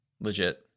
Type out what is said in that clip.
legit